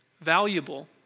valuable